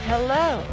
Hello